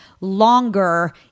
longer